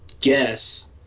guess